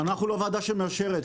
אנחנו לא ועדה שמאשרת.